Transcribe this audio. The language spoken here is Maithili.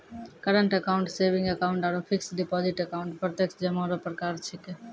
करंट अकाउंट सेविंग अकाउंट आरु फिक्स डिपॉजिट अकाउंट प्रत्यक्ष जमा रो प्रकार छिकै